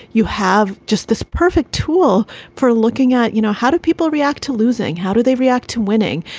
you have just this perfect tool for looking at, you know, how do people react to losing? how do they react to winning?